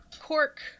cork